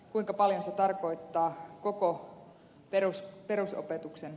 kuinka paljon se tarkoittaa koko perusopetuksen aikana